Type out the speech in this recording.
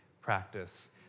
practice